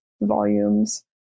volumes